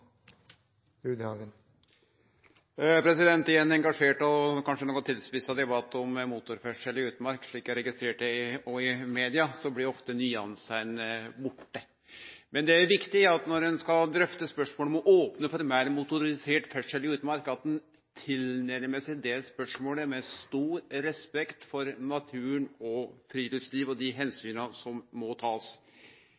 I ein engasjert og kanskje noko tilspissa debatt om motorferdsel i utmark – slik eg òg har registrert i media – blir ofte nyansane borte. Men når ein skal drøfte spørsmålet om å opne for meir motorisert ferdsel i utmark, er det viktig at ein nærmar seg det spørsmålet med stor respekt for naturen, friluftslivet og dei omsyna som ein må ta. Det kan vere både veldig morosamt og